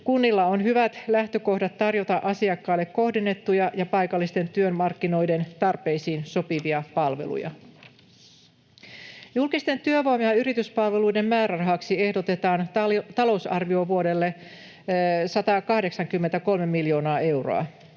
Kunnilla on hyvät lähtökohdat tarjota asiakkaille kohdennettuja ja paikallisten työmarkkinoiden tarpeisiin sopivia palveluja. Julkisten työvoima- ja yrityspalveluiden määrärahaksi ehdotetaan talousarviovuodelle 183 miljoonaa euroa.